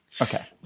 Okay